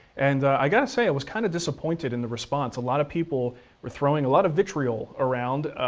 and i gotta say, i was kinda disappointed in the response. a lot of people were throwing a lot of vitriol around.